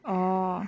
orh